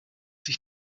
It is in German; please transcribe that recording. sich